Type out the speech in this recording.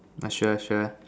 sure sure